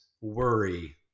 worry